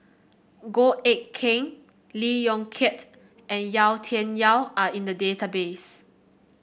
Goh Eck Kheng Lee Yong Kiat and Yau Tian Yau are in the database